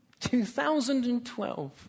2012